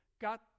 got